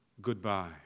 goodbye